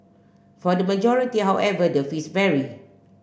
for the majority however the fees vary